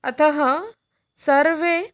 अतः सर्वे